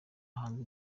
hanze